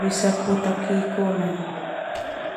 bisa puta ki kona.